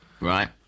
Right